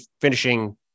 finishing